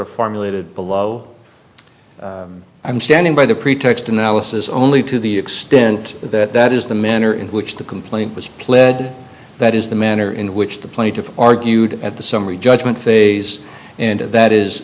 of formulated below i'm standing by the pretext analysis only to the extent that that is the manner in which the complaint was pled that is the manner in which the plaintiff argued at the summary judgment and that is